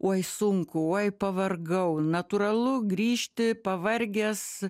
uoj sunku uoj pavargau natūralu grįžti pavargęs